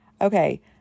Okay